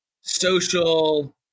social